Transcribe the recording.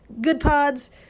GoodPods